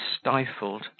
stifled